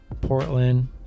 Portland